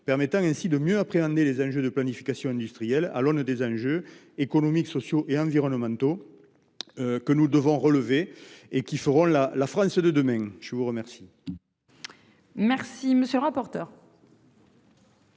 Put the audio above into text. permettant ainsi de mieux appréhender les enjeux de planification industrielle à l'aune des défis économiques, sociaux et environnementaux que nous devons relever et qui feront la France de demain. Quel est l'avis de la